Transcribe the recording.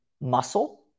muscle